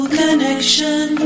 connection